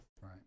Right